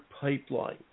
pipeline